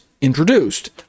introduced